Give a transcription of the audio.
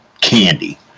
candy